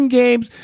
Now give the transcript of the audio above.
games